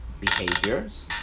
behaviors